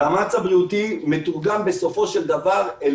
המאמץ הבריאותי מתורגם בסופו של דבר אל